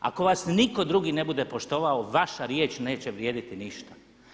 Ako vas nitko drugi ne bude poštovao vaša riječ neće vrijediti ništa.